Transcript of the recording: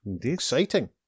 Exciting